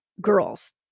girls